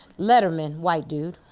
letterman, white dude.